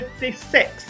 56